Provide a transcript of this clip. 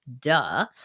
duh